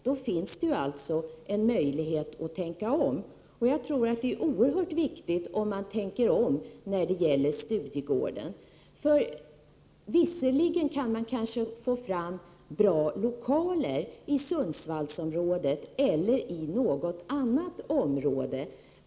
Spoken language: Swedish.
Då finns det en möjlighet att tänka om. Jag tror att det är oerhört viktigt att man tänker om när det gäller Studiegården. Visserligen kan man kanske få fram bra lokaler i Sundsvallsområdet eller något annat område.